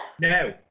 No